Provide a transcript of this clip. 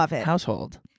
household